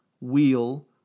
wheel